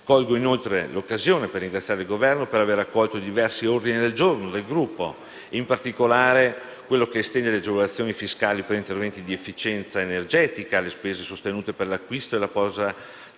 Colgo l'occasione per ringraziare il Governo per aver accolto diversi ordini del giorno presentati dal nostro Gruppo e in particolare quello che estende le agevolazioni fiscali per interventi di efficienza energetica alle spese sostenute per l'acquisto e la posa